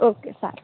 okay સારું